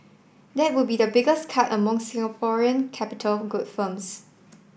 that would be the biggest cut among Singaporean capital good firms